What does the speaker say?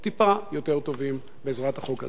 טיפה יותר טובים בעזרת החוק הזה.